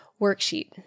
worksheet